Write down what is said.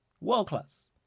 World-class